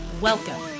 welcome